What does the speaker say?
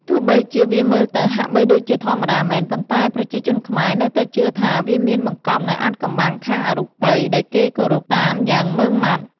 ទោះបីជាវាមើលទៅហាក់បីដូចជាធម្មតាមែន ប៉ុន្តែប្រជាជនខ្មែរនៅតែជឿថា វាមានបង្កប់នៅអាថ៌កំបាំងខាងអរូបិយដែលគេគោរពតាមយ៉ាងមុឺងមាត់។